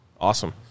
Awesome